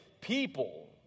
people